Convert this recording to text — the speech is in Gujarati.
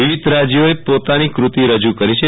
વિવિધ રાજ્યોએ પોતાની કૃતિ રજુ કરી છે